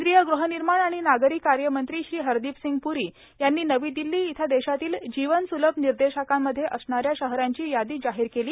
केंद्रीय ग्रहनिर्माण आणि नागरी कार्य मंत्री श्री हरदीप सिंग प्ररी यांनी नवी दिल्ली इथं देशातील जीवन स्रुलभ निर्देशांकांमध्ये असणाऱ्या शहरांची यादी जाहीर केली